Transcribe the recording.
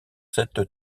cette